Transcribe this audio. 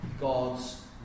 God's